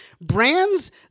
Brands